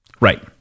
Right